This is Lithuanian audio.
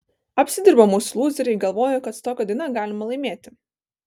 apsidirbo mūsų lūzeriai galvojo kad su tokia daina galima laimėti